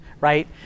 right